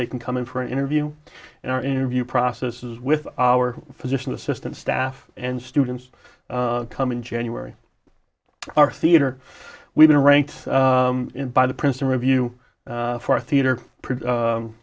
they can come in for an interview and our interview process is with our physician assistant staff and students come in january our theater we've been ranked by the princeton review for theater